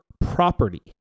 property